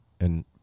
And-